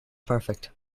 perfect